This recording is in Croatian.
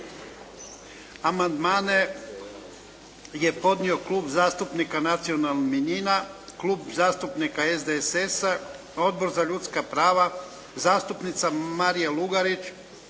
Amandmane je podnio Klub zastupnika Nacionalnih manjina, Klub zastupnika SDSS-a, Odbor za ljudska prava, zastupnica Marija Lugarić,